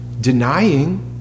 denying